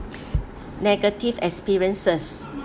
negative experiences